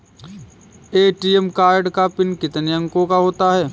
ATM card का PIN कितने अंकों का होता है?